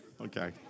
Okay